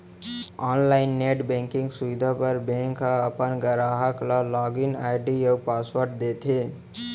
online net banking सुबिधा बर bank ह अपन गराहक ल लॉगिन आईडी अउ पासवर्ड देथे